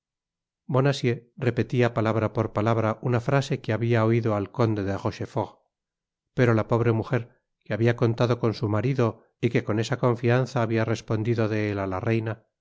bonacieux repetia palabra por palabra una frase que habia oido al conde de rochefort pero la pobre mujer que habia contado con su marido y que con esa confianza habia respondido de él á la reina